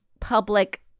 public